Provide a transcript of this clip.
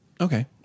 Okay